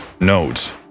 nodes